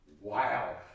Wow